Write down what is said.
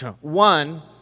One